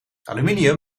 aluminium